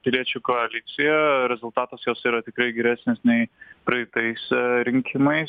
piliečių koalicija rezultatas jos yra tikrai geresnis nei praeitais rinkimais